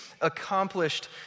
accomplished